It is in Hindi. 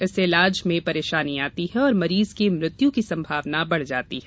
इससे ईलाज में परेषानी आती है और मरीज के मृत्यु की संभावना बढ़ जाती है